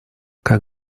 как